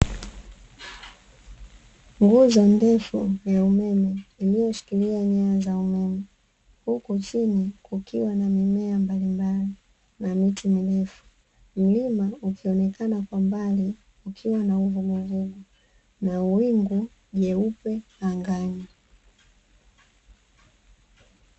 Nguzo ndefu ya umeme, iliyoshikilia nyaya za umeme, huku chini kukiwa na mimea mbalimbali na miti mirefu. Mlima ukionekana kwa mbali, ukiwa na uvuguvugu na wingu jeupe angani.